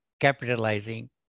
capitalizing